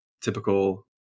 Typical